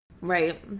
Right